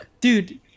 Dude